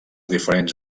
diferents